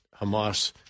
Hamas